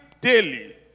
daily